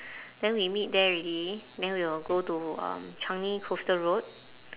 then we meet there already then we'll go to um changi coastal road